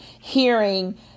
hearing